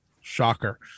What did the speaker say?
shocker